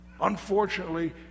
Unfortunately